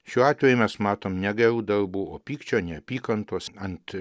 šiuo atveju mes matom negerų darbų o pykčio neapykantos ant